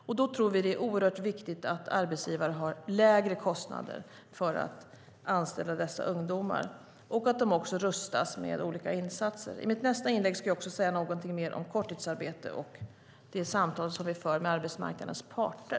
Därför tror vi att det är oerhört viktigt att arbetsgivare har lägre kostnader för att anställa dessa ungdomar och att de rustas med olika insatser. I mitt nästa inlägg ska jag säga någonting mer om korttidsarbete och det samtal som vi för med arbetsmarknadens parter.